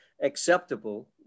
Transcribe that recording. acceptable